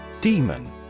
Demon